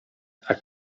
are